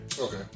Okay